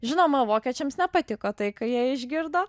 žinoma vokiečiams nepatiko tai ką jie išgirdo